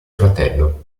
fratello